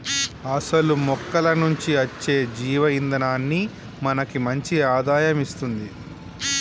అసలు మొక్కల నుంచి అచ్చే జీవ ఇందనాన్ని మనకి మంచి ఆదాయం ఇస్తుంది